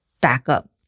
backup